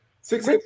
Six